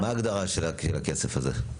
מה ההגדרה של הכסף הזה?